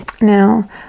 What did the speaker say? now